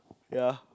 ya